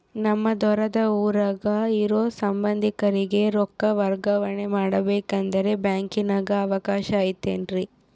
ನಮ್ಮ ದೂರದ ಊರಾಗ ಇರೋ ಸಂಬಂಧಿಕರಿಗೆ ರೊಕ್ಕ ವರ್ಗಾವಣೆ ಮಾಡಬೇಕೆಂದರೆ ಬ್ಯಾಂಕಿನಾಗೆ ಅವಕಾಶ ಐತೇನ್ರಿ?